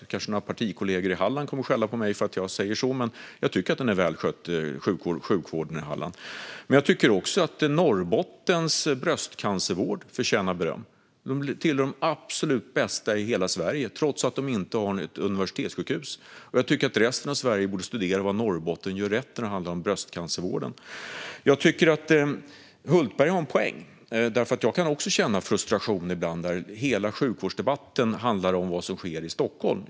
Nu kanske några partikollegor i Halland kommer att skälla på mig för att jag säger så, men jag tycker att sjukvården där är väl skött. Jag tycker också att Norrbottens bröstcancervård förtjänar beröm. Den tillhör de absolut bästa i hela Sverige, trots att de inte har något universitetssjukhus. Jag tycker att resten av Sverige borde studera vad Norrbotten gör rätt när det handlar om bröstcancervården. Jag tycker att Hultberg har en poäng. Jag kan också känna en frustration ibland när hela sjukvårdsdebatten handlar om vad som sker i Stockholm.